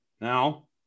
Now